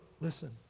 listen